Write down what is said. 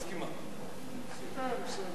מסכימה?